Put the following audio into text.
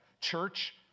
Church